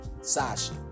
Sasha